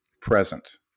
present